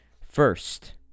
first